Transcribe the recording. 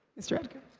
mr edgar